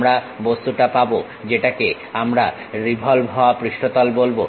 আমরা বস্তুটা পাবো যেটাকে আমরা রিভলভ হাওয়া পৃষ্ঠতল বলবো